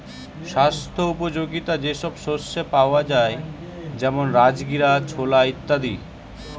স্বাস্থ্য উপযোগিতা যে সব শস্যে পাওয়া যায় যেমন রাজগীরা, ছোলা ইত্যাদি